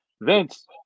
Vince